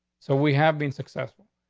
so we have been successful.